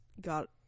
got